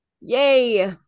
Yay